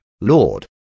Lord